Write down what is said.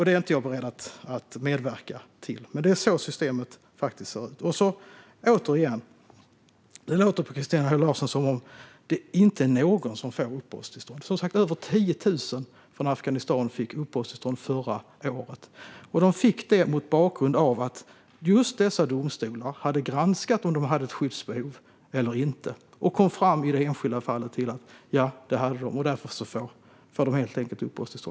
Det är inte jag beredd att medverka till, men det är så systemet ser ut. Sedan låter det på Christina Höj Larsen som att det inte är någon som får uppehållstillstånd. Som sagt fick över 10 000 från Afghanistan uppehållstillstånd förra året, och de fick det mot bakgrund av att just dessa domstolar hade granskat om de hade skyddsbehov eller inte och i varje enskilt fall kommit fram till att de hade det.